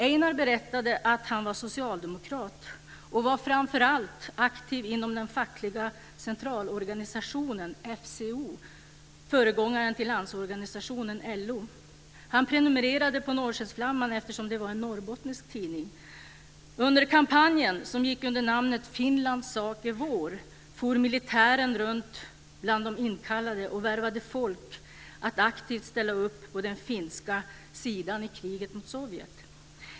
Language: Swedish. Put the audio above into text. Einar berättade att han var socialdemokrat och framför allt aktiv inom den fackliga centralorganisationen, FCO, föregångaren till Landsorganisationen, LO. Han prenumererade på Norrskensflamman eftersom det var en norrbottnisk tidning. "Finlands sak är vår" for militärer runt bland de inkallade och värvade folk att aktivt ställa upp på den finska sidan i kriget mot Sovjet.